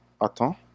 Attends